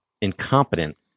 incompetent